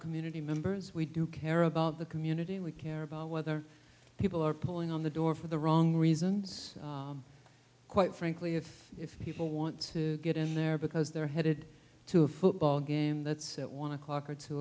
community members we do care about the community and we care about whether people are pulling on the door for the wrong reasons quite frankly if people want to get in there because they're headed to a football game that's at one o'clock or two